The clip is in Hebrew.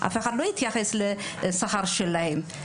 אף אחד לא התייחס לשכר שלהן.